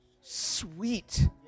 sweet